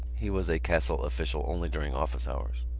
he was a castle official only during office hours.